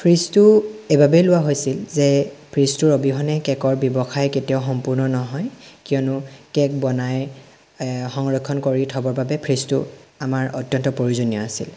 ফ্ৰীজটো এইবাবেই লোৱা হৈছিল যে ফ্ৰীজটোৰ অবিহনে কে'কৰ ব্যৱসায় কেতিয়াও সম্পূৰ্ণ নহয় কিয়নো কে'ক বনাই সংৰক্ষণ কৰি থ'বৰ বাবে ফ্ৰীজটো আমাৰ অত্যন্ত প্ৰয়োজনীয় আছিল